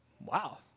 wow